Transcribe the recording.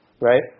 right